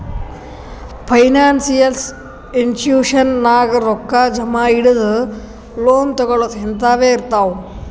financial institution ನಾಗ್ ರೊಕ್ಕಾ ಜಮಾ ಇಡದು, ಲೋನ್ ತಗೋಳದ್ ಹಿಂತಾವೆ ಇರ್ತಾವ್